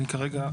אני כרגע,